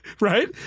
Right